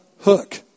hook